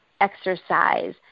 exercise